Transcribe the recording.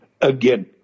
again